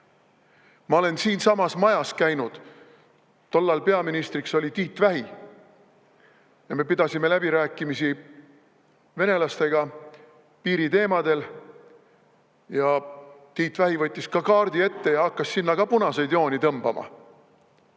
Ma olen siinsamas majas käinud, tol ajal oli peaministriks Tiit Vähi ja me pidasime läbirääkimisi venelastega piiriteemadel. Tiit Vähi võttis kaardi ette ja hakkas sinna ka punaseid jooni tõmbama.